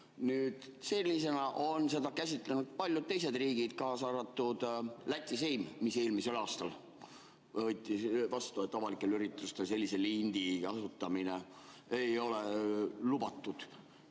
Sellisena on seda käsitlenud paljud teised riigid, kaasa arvatud Läti seim, mis eelmisel aastal võttis vastu [otsuse], et avalikel üritustel sellise lindi kasutamine ei ole lubatud.